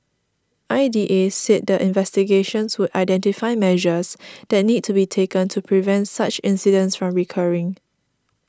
I D A said the investigations would identify measures that need to be taken to prevent such incidents from recurring